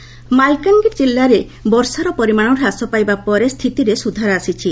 ବଷୋ ମାଲକାନଗିରି ଜିଲ୍ଲାରେ ବର୍ଷାର ପରିମାଶ ହ୍ରାସ ପାଇବା ପରେ ସ୍ଚିତିରେ ସୁଧାର ଆସିଛି